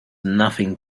nothing